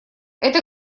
это